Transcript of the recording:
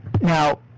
Now